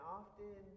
often